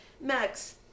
Max